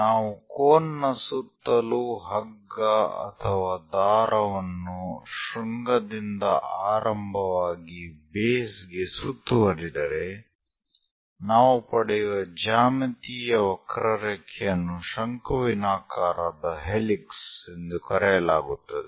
ನಾವು ಕೋನ್ ನ ಸುತ್ತಲೂ ಹಗ್ಗ ಅಥವಾ ದಾರವನ್ನು ಶೃಂಗದಿಂದ ಆರಂಭವಾಗಿ ಬೇಸ್ ಗೆ ಸುತ್ತುವರಿದರೆ ನಾವು ಪಡೆಯುವ ಜ್ಯಾಮಿತೀಯ ವಕ್ರರೇಖೆಯನ್ನು ಶಂಕುವಿನಾಕಾರದ ಹೆಲಿಕ್ಸ್ ಎಂದು ಕರೆಯಲಾಗುತ್ತದೆ